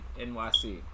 NYC